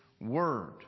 word